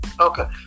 Okay